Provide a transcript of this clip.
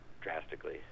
drastically